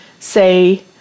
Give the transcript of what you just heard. say